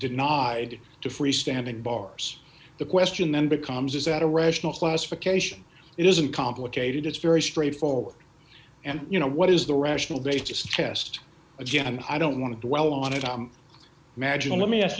denied to freestanding bars the question then becomes is that a rational classification it isn't complicated it's very straightforward and you know what is the rational basis test again and i don't want to dwell on it i imagine let me ask